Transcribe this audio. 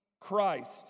Christ